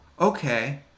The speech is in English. okay